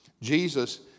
Jesus